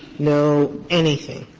no anything,